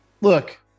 look